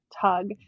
tug